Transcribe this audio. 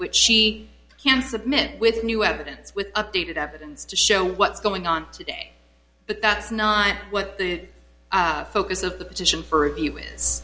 which she can submit with new evidence with updated evidence to show what's going on today but that's not what the focus of the petition for review is